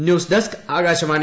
news desk Akashvani